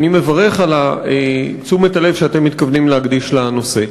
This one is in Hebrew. אני מברך על תשומת הלב שאתם מתכוונים להקדיש לנושא.